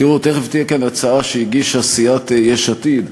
תראו, תכף תהיה כאן הצעה שהגישה סיעת יש עתיד,